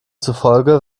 zufolge